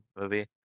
movie